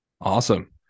Awesome